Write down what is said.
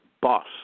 boss